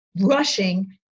rushing